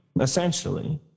essentially